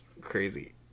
crazy